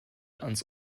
ans